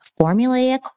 formulaic